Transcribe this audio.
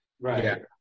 Right